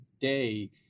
day